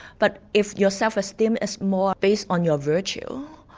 but if your self esteem is more based on your virtue.